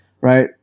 right